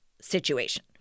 situation